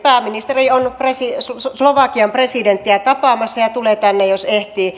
pääministeri on slovakian presidenttiä tapaamassa ja tulee tänne jos ehtii